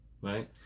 Right